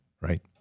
right